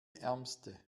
ärmste